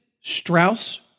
Strauss